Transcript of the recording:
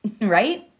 Right